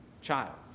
child